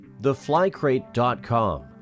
Theflycrate.com